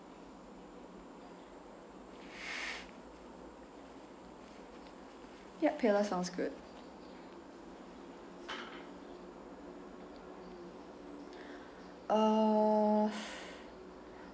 yup PayLah sounds good uh